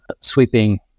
sweeping